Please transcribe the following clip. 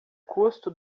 custo